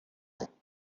ans